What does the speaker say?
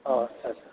आदसा आदसा